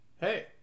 Hey